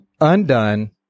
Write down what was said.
undone